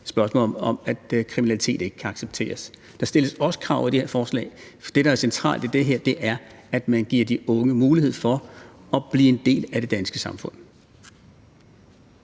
krav, bl.a. om, at kriminalitet ikke kan accepteres. Der stilles også krav i det her forslag. Det, der er centralt i det her, er, at man giver de unge mulighed for at blive en del af det danske samfund.